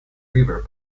river